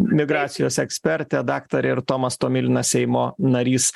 migracijos ekspertė daktarė ir tomas tomilinas seimo narys